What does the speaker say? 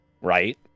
right